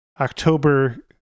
October